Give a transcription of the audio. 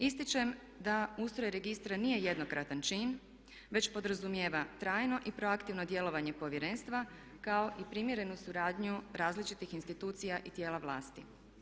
Ističem da ustroj registra nije jednokratan čin već podrazumijeva trajno i proaktivno djelovanje Povjerenstva kao i primjerenu suradnju različitih institucija i tijela vlasti.